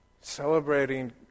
Celebrating